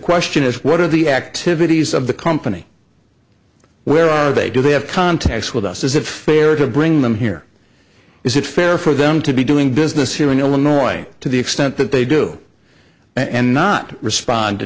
question is what are the activities of the company where are they do they have contacts with us is it fair to bring them here is it fair for them to be doing business here in illinois to the extent that they do and not respond to